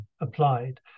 applied